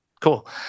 Cool